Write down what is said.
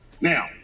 Now